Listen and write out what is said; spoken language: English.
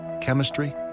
chemistry